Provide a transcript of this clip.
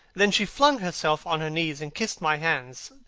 then she flung herself on her knees and kissed my hands.